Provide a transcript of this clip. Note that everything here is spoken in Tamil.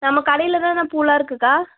நம்ம கடையில் தானே பூவெல்லாம் இருக்குதுக்கா